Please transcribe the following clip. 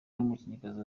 n’umukinnyikazi